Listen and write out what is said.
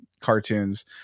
cartoons